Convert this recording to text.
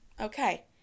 Okay